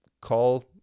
call